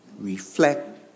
reflect